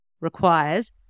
requires